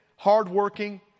hardworking